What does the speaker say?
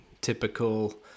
typical